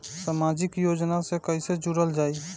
समाजिक योजना से कैसे जुड़ल जाइ?